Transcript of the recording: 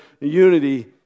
unity